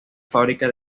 fábrica